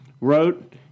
wrote